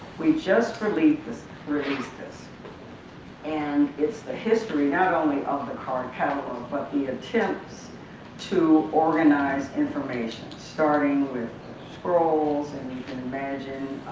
we just released this released this and it's the history not only of the card catalog but the attempts to organize information, starting with scrolls, and you can imagine